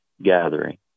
gathering